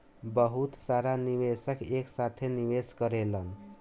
बहुत सारा निवेशक एक साथे निवेश करेलन